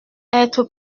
être